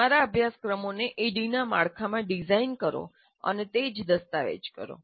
તમારા અભ્યાસક્રમોને ADDIE ના માળખામાં ડિઝાઇન કરો અને તે જ દસ્તાવેજ કરો